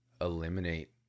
eliminate